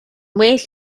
well